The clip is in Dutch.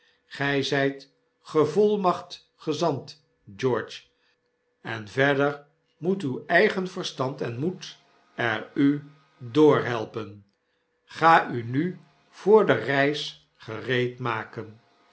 zijt gevolmachtigd gezant george en verder moet uw eigen verstand en raoed er u doorhelpen ga u nu voor de reis